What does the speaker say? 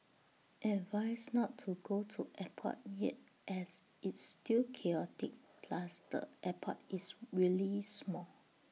advised not to go to airport yet as it's still chaotic plus the airport is really small